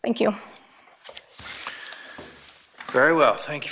thank you very well thank you